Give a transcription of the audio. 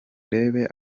urebe